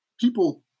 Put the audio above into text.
people